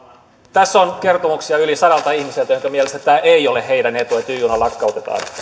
tässä on kertomuksia yli sadalta ihmiseltä joiden mielestä tämä ei ole heidän etunsa että y juna lakkautetaan